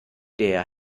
der